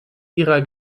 ihrer